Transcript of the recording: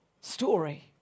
story